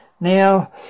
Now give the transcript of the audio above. now